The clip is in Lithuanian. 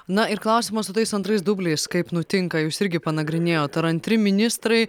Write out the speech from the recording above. na ir klausimo su tais antrais dubliais kaip nutinka jūs irgi panagrinėjot ar antri ministrai